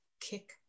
kick